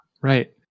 Right